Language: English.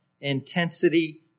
Intensity